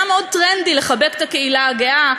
אצלם מאוד טרנדי לחבק את הקהילה הגאה,